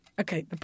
Okay